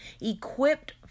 equipped